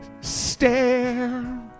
stare